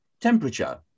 temperature